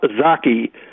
Zaki